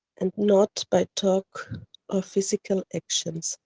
and not by talk or physical actions.